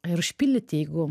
ir užpildyti jeigu